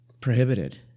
prohibited